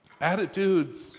Attitudes